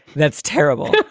that's terrible.